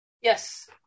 Yes